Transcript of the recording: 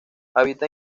habita